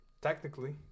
Technically